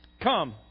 Come